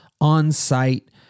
on-site